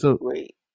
wait